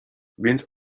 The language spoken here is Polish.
więc